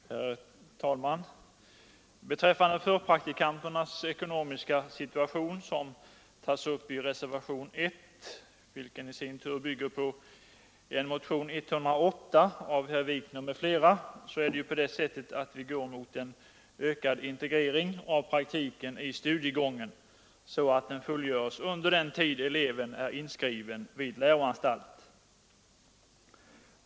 Herr talman! I vad gäller frågan om förpraktikanternas ekonomiska situation, som tas upp i reservationen 1 vilken i sin tur bygger på motionen 108 av herr Wikner m.fl., är det på det sättet att vi går mot en ökad integrering av praktiken i studiegången, så att den fullgörs under den tid eleven är inskriven vid läroanstalt.